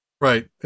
Right